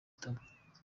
itama